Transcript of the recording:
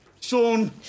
Sean